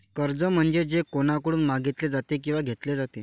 कर्ज म्हणजे जे कोणाकडून मागितले जाते किंवा घेतले जाते